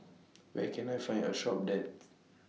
Where Can I Find A Shop that